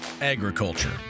agriculture